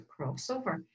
crossover